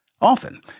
Often